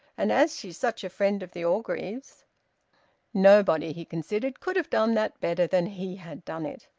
and as she's such a friend of the orgreaves nobody, he considered, could have done that better than he had done it.